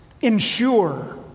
ensure